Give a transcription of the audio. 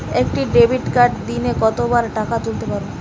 একটি ডেবিটকার্ড দিনে কতবার টাকা তুলতে পারব?